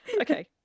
Okay